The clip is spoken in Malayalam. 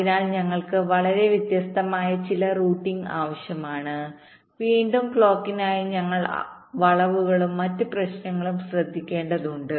അതിനാൽ ഞങ്ങൾക്ക് വളരെ വ്യത്യസ്തമായ ചില റൂട്ടിംഗ് ആവശ്യമാണ് വീണ്ടും ക്ലോക്കിനായി ഞങ്ങൾ വളവുകളും മറ്റ് പ്രശ്നങ്ങളും ശ്രദ്ധിക്കേണ്ടതുണ്ട്